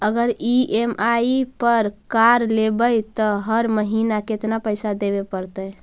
अगर ई.एम.आई पर कार लेबै त हर महिना केतना पैसा देबे पड़तै?